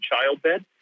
childbed